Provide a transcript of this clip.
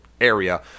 area